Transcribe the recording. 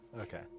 Okay